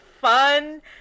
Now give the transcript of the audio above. fun